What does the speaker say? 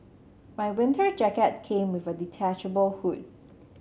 my winter jacket came with a detachable hood